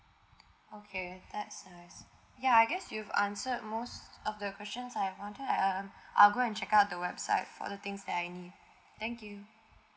okay that's nice ya I guess you've answered most of the questions I wanted to ask I'll go and check out the website for the things that I need thank you